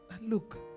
look